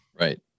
Right